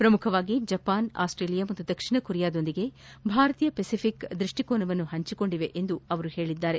ಪ್ರಮುಖವಾಗಿ Japan Australia ಮತ್ತು ದಕ್ಷಿಣ ಕೊರಿಯಾದೊಂದಿಗೆ ಭಾರತೀಯ ಫೆಸಿಫಿಕ್ ದೃಷ್ಟಿಕೋನವನ್ನು ಪಂಚಿಕೊಂಡಿವೆ ಎಂದು ಅವರು ಹೇಳಿದ್ದಾರೆ